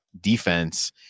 defense